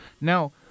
Now